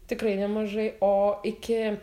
tikrai nemažai o iki